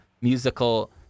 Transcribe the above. musical